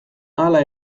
hala